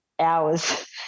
hours